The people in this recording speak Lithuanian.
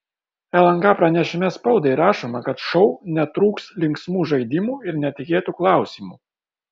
lnk pranešime spaudai rašoma kad šou netrūks linksmų žaidimų ir netikėtų klausimų